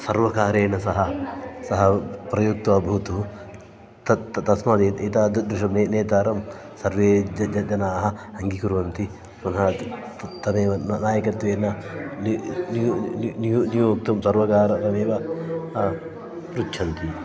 सर्वकारेण सह सह प्रयुक्त्वा भूतु तत् तस्मात् ए एतादृशं नेतारं सर्वे ज ज जनाः अङ्गीकुर्वन्ति पुनात् तदेव न नायकत्वेन नि नि नि नियुक्तं सर्वकारमेव पृच्छन्ति